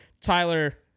Tyler